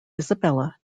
isabella